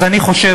אז אני חושב,